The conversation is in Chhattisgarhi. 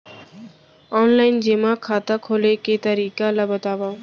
ऑनलाइन जेमा खाता खोले के तरीका ल बतावव?